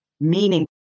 meaning